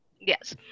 Yes